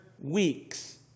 weeks